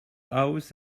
house